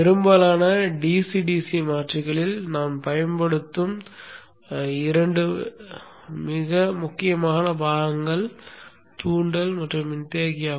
பெரும்பாலான DC DC மாற்றிகளில் நாம் பயன்படுத்தும் இரண்டு மிக முக்கியமான பாகங்கள் தூண்டல் மற்றும் மின்தேக்கி ஆகும்